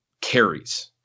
carries